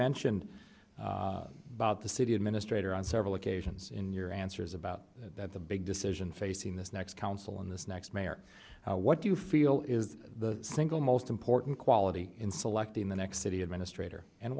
mentioned about the city administrator on several occasions in your answers about that the big decision facing this next council in this next mayor what do you feel is the single most important quality in selecting the next city administrator and